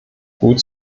gut